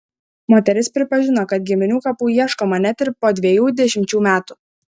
moteris pripažino kad giminių kapų ieškoma net ir po dviejų dešimčių metų